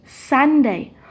Sunday